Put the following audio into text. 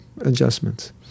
adjustments